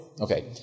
Okay